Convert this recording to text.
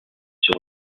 sur